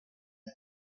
and